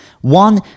one